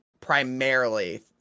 primarily